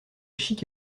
chic